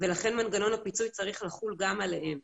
ולכן מנגנון הפיצוי צריך לחול גם עליהם.